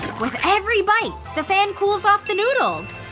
with every bite, the fan cools off the noodles!